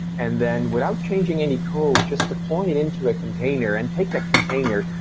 and then without changing any code, just deploying it into a container and take that container,